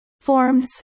Forms